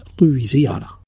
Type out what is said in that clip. Louisiana